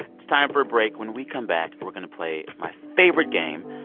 it's time for a break. when we come back, we're going to play my favorite game,